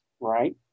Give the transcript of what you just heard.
right